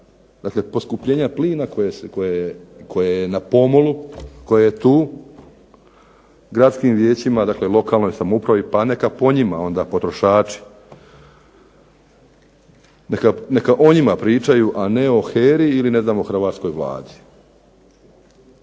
dakle poskupljenja plina koje je na pomolu, koje je tu, gradskim vijećima, dakle lokalnoj samoupravi, pa neka po njima onda potrošači, neka o njima pričaju a ne o HERA-i ili ne znam o hrvatskoj Vladi.